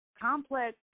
Complex